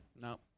No